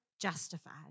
justified